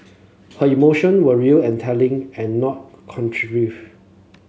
her emotion were real and telling and not contrived